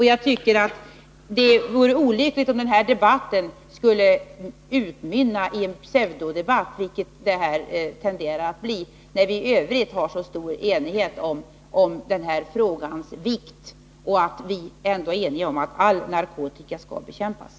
Jag tycker att det vore olyckligt om denna debatt skulle utmynna i en pseudodebatt, vilket detta tenderar att bli, när vi i övrigt har så stor enighet om den här frågans vikt och vi är eniga om att all narkotika skall bekämpas.